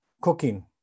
cooking